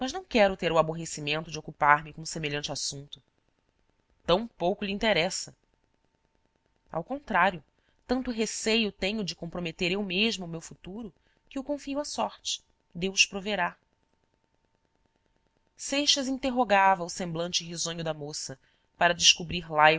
não quero ter o aborrecimento de ocuparme com semelhante assunto tão pouco lhe interessa ao contrário tanto receio tenho de comprometer eu mesma o meu futuro que o confio à sorte deus proverá seixas interrogava o semblante risonho da moça para descobrir